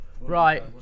Right